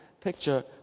picture